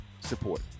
support